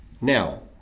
now